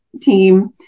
team